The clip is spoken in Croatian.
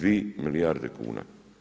2 milijarde kuna.